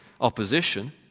opposition